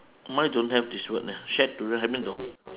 mine don't have this word eh shack to rent hai bin dou